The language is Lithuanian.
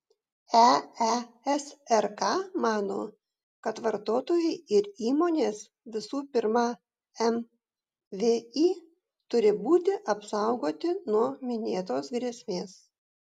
eesrk mano kad vartotojai ir įmonės visų pirma mvį turi būti apsaugoti nuo minėtos grėsmės